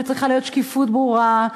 צריכה להיות שקיפות ברורה,